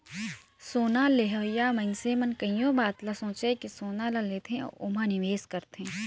सोना लेहोइया मइनसे मन कइयो बात ल सोंएच के सोना ल लेथे अउ ओम्हां निवेस करथे